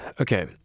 okay